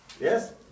Yes